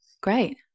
great